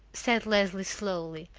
said leslie slowly,